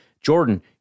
Jordan